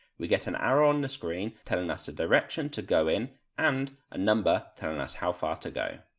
we get an arrow on the screen telling us the direction to go in and a number telling us how far to go.